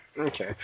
okay